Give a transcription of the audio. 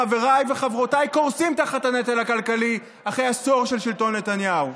חבריי וחברותיי קורסים תחת הנטל הכלכלי אחרי עשור של שלטון נתניהו.